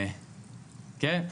כן,